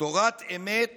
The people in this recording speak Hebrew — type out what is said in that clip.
תורת אמת